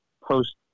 post